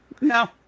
No